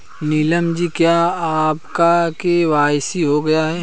नीलम जी क्या आपका के.वाई.सी हो गया है?